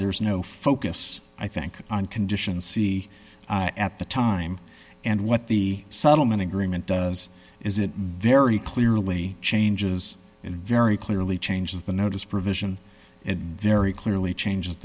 there's no focus i think on condition c at the time and what the settlement agreement does is it very clearly changes in very clearly changes the notice provision it very clearly changes